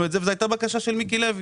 את זה וזאת הייתה בקשה של מיקי לוי.